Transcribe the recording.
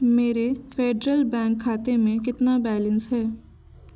मेरे Federal Bank खाते में कितना बैलेंस है